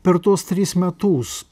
per tuos tris metus